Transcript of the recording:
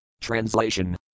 Translation